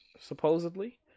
supposedly